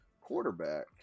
quarterback